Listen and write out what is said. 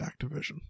Activision